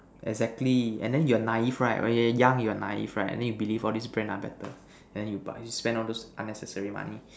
exactly and you're naive right when you are young you are naive right and then you believe all these Brands are better and then you buy you spend all those unnecessary money